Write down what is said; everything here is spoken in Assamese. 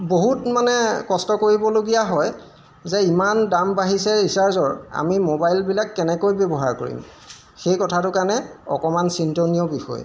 বহুত মানে কষ্ট কৰিবলগীয়া হয় যে ইমান দাম বাঢ়িছে ৰিচাৰ্জৰ আমি মোবাইলবিলাক কেনেকৈ ব্যৱহাৰ কৰিম সেই কথাটো কাৰণে অকণমান চিন্তনীয় বিষয়